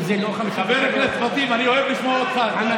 וזה לא 53. חבר הכנסת פטין, אני אוהב לשמוע אותך.